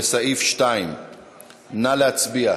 לסעיף 2. נא להצביע.